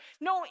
No